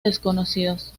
desconocidos